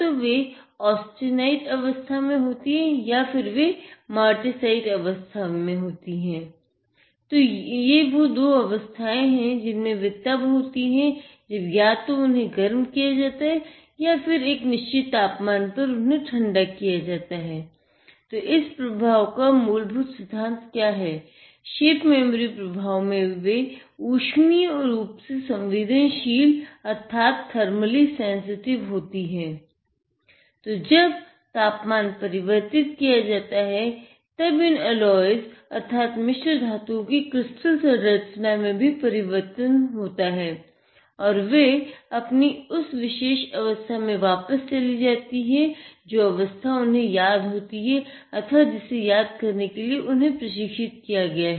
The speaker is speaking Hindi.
तो जब तापमान परिवर्तित किया जाता है तब इन एलायज़ अर्थात मिश्र धातुओ की क्रिस्टल संरचना भी बदल जाती है और वे अपनी उस विशेष अवस्था में वापस चले जाते हैं जो अवस्था उन्हें याद होती है अथवा जिसे याद करने के लिए उन्हें प्रशिक्षित किया गया है